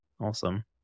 Awesome